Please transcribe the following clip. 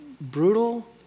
brutal